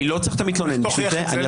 אני לא צריך את המתלונן בשביל זה.